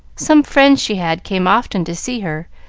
some friends she had came often to see her,